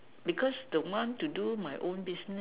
because the one to do my own business